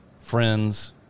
friends